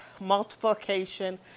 multiplication